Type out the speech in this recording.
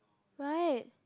right